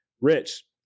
Rich